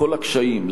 לכל הקשיים,